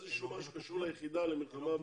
איזה שהוא משהו שקשור ביחידה למלחמה בגזענות,